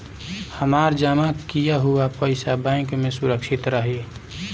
हमार जमा किया हुआ पईसा बैंक में सुरक्षित रहीं?